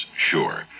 sure